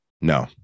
No